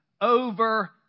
over